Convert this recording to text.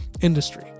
industry